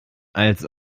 als